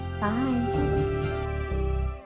Bye